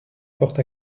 porte